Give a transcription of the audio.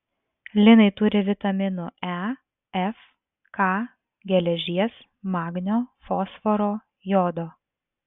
linai turi vitaminų e f k geležies magnio fosforo jodo